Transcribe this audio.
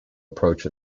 approach